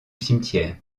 cimetière